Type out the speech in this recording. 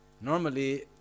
Normally